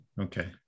Okay